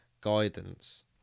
guidance